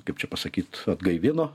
kaip čia pasakyt atgaivino